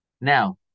Now